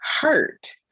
hurt